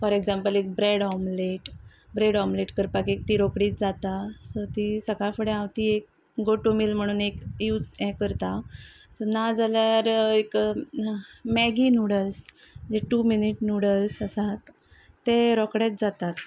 for example एक bread omelette bread omelette करपाक एक ती रोकडीच जाता सो ती सकाळ फुडें हांव ती एक गो टू मील म्हणून एक यूज हें करता सो ना जाल्यार एक मॅगी नुडल्स जे टू मिनीट नुडल्स आसात ते रोकडेच जातात